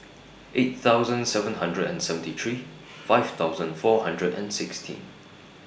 eight thousand seven hundred and seventy three five thousand four hundred and sixteen